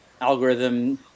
algorithm